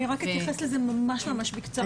אני רק אתייחס לזה ממש בקצרה.